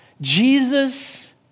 Jesus